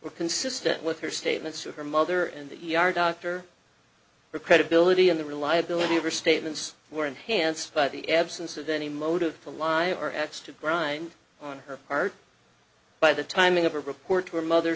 were consistent with her statements of her mother and the e r doctor her credibility in the reliability of her statements were enhanced by the absence of any motive to lie or axe to grind on her part by the timing of a report to her mother